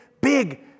big